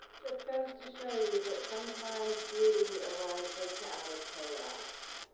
just goes to show you that sometimes beauty arises out of chaos.